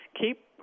keep